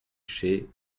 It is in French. chez